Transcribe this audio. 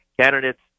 candidates